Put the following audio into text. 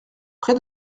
près